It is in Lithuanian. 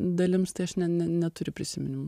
dalims tai aš ne ne neturiu prisiminimų